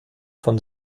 von